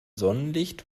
sonnenlicht